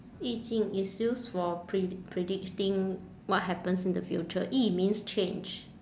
易经 is used for pre~ predicting what happens in the future yi means change